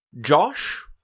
Josh